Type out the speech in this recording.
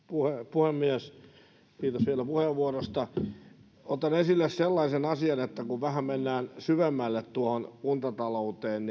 puhemies kiitos vielä puheenvuorosta otan esille sellaisen asian että kun vähän mennään syvemmälle tuohon kuntatalouteen